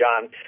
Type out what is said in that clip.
John